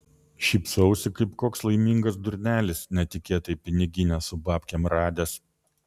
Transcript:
šypsausi kaip koks laimingas durnelis netikėtai piniginę su babkėm radęs